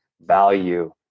value